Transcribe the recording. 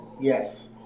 Yes